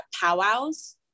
powwows